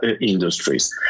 industries